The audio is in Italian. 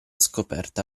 scoperta